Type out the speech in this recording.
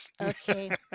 Okay